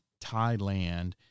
Thailand